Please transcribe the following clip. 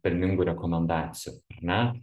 pelningų rekomendacijų ne